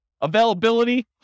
Availability